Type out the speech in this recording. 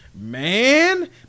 man